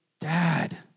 Dad